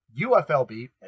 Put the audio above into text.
UFLB